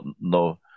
no